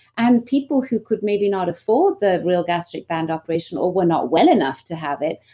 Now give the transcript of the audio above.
and people who could maybe not afford the real gastric band operation or were not well enough to have it,